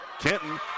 Kenton